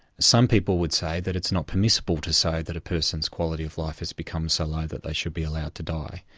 some people would say that it's not permissible to say that a person's quality of life has become so low that they should be allowed to die.